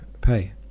pay